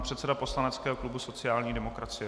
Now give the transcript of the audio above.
Předseda poslaneckého klubu sociální demokracie.